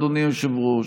אדוני היושב-ראש,